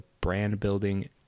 brand-building